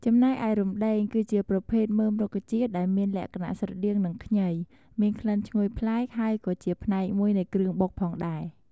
ចំណែកឯរំដេង គឺជាប្រភេទមើមរុក្ខជាតិដែលមានលក្ខណៈស្រដៀងនឹងខ្ញី មានក្លិនឈ្ងុយប្លែកហើយក៏ជាផ្នែកមួយនៃគ្រឿងបុកផងដែរ។